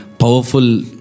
powerful